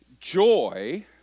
joy